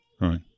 right